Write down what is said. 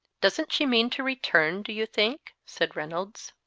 doesn't she mean to return, do you think? said reynolds.